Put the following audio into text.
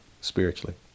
spiritually